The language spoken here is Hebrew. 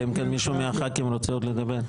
אלא אם כן מישהו מהח"כים רוצה עוד לדבר,